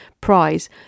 prize